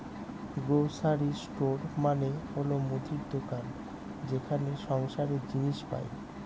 grocery store মানে হল মুদির দোকান যেখানে সংসারের জিনিস পাই